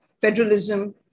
federalism